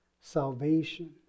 salvation